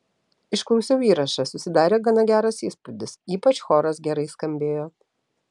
išklausiau įrašą susidarė gana geras įspūdis ypač choras gerai skambėjo